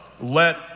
let